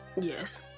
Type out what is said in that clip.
Yes